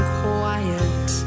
quiet